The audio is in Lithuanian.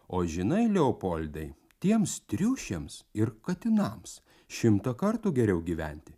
o žinai leopoldai tiems triušiams ir katinams šimtą kartų geriau gyventi